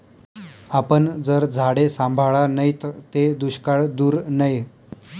आपन जर झाडे सांभाळा नैत ते दुष्काळ दूर नै